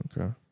okay